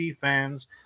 fans